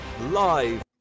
Live